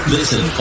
Listen